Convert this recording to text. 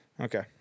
Okay